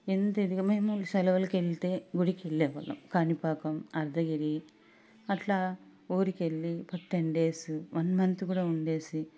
ఇంతఎదిగిన మేం సెలవలికెళ్తే గుడికెళ్లే వాళ్ళం కాణిపాకం అర్ధగిరి అట్లా ఊరికెళ్ళి టెన్ డేసు వన్ మంత్ కూడా ఉండేసి